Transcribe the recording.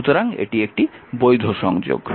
সুতরাং এটি একটি বৈধ সংযোগ